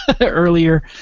earlier